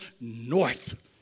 north